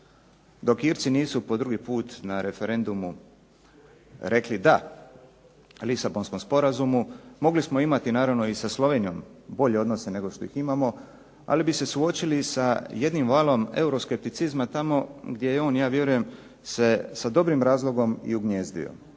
dok Irci nisu po drugi put na referendumu rekli da Lisabonskom sporazumu mogli smo imati naravno i sa Slovenijom bolje odnose nego što ih imamo, ali bi se suočili sa jednim valom euroskepticizma tamo gdje je on ja vjerujem se sa dobrim razlogom se i ugnjezdio,